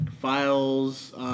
files